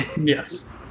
Yes